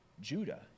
Judah